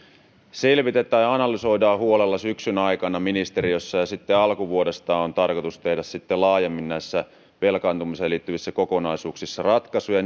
selvitetään ja analysoidaan huolella syksyn aikana ministeriössä ja sitten alkuvuodesta on tarkoitus tehdä laajemmin näissä velkaantumiseen liittyvissä kokonaisuuksissa ratkaisuja